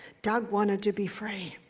doug wanted to be free.